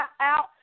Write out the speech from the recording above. out